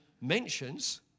mentions